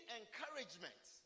encouragement